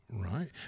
Right